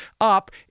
up